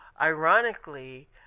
ironically